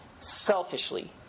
selfishly